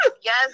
yes